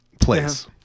place